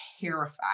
terrified